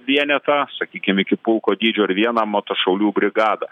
vienetą sakykim iki pulko dydžio ir vieną motošaulių brigadą